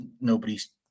nobody's